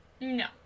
No